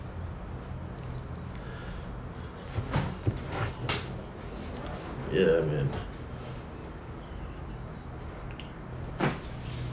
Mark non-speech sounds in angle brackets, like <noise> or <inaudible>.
<breath> ya man